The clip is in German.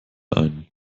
ein